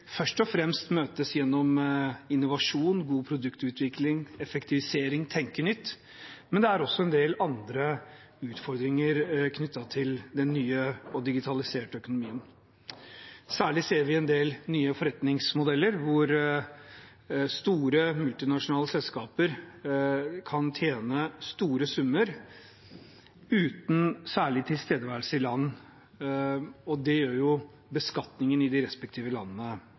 først og fremst møtes gjennom innovasjon, god produktutvikling, effektivisering og å tenke nytt, men det er også en del andre utfordringer knyttet til den nye og digitaliserte økonomien. Særlig ser vi en del nye forretningsmodeller hvor store multinasjonale selskaper kan tjene store summer uten særlig tilstedeværelse i land, og det gjør beskatningen i de respektive landene